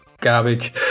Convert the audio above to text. garbage